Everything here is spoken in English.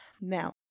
Now